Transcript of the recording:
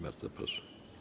Bardzo proszę.